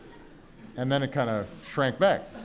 and then it kind of shrank back,